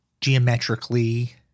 geometrically